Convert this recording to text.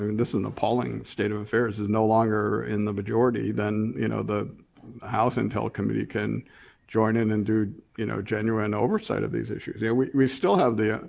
this is an appalling state of affairs, is no longer in the majority, then you know the house intel committee can join in and do you know genuine oversight of these issues. yeah we we still have the.